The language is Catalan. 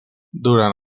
durant